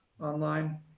online